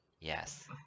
Yes